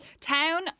Town